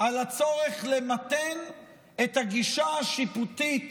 על הצורך למתן את הגישה השיפוטית